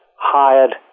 hired